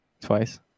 Twice